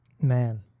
man